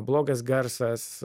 blogas garsas